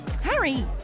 Harry